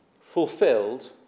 fulfilled